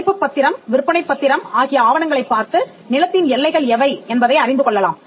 தலைப்பு பத்திரம் விற்பனை பத்திரம் ஆகிய ஆவணங்களைப் பார்த்து நிலத்தின் எல்லைகள் எவை என்பதை அறிந்து கொள்ளலாம்